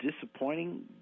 disappointing